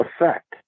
effect